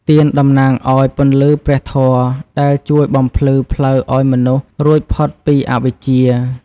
ទៀន តំណាងឱ្យ ពន្លឺព្រះធម៌ ដែលជួយបំភ្លឺផ្លូវឱ្យមនុស្សរួចផុតពីអវិជ្ជា។